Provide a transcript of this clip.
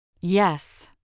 Yes